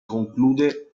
conclude